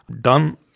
done